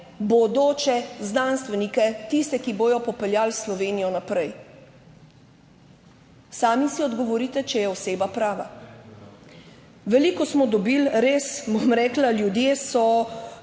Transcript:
bodoče znanstvenike, tiste ki bodo popeljali Slovenijo naprej. Sami si odgovorite, če je oseba prava. Veliko smo dobili, res, bom rekla, ljudje so